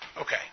Okay